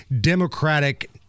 Democratic